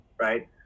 right